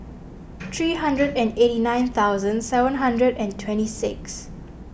three hundred and eighty nine thousand seven hundred and twenty six